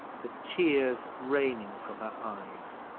the tears raining from her eyes.